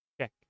Check